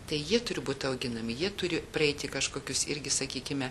tai jie turi būti auginami jie turi praeiti kažkokius irgi sakykime